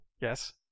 Yes